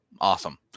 awesome